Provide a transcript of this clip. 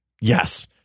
Yes